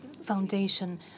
Foundation